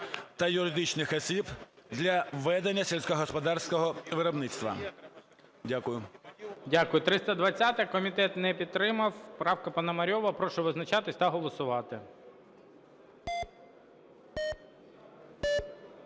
та юридичних осіб для ведення сільськогосподарського виробництва". Дякую. ГОЛОВУЮЧИЙ. Дякую. 320-а, комітет підтримав, правка Пономарьова. Прошу визначатись та голосувати.